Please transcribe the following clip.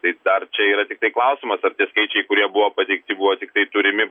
tai dar čia yra tiktai klausimas ar tie skaičiai kurie buvo pateikti buvo tiktai turimi